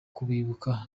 kubibuka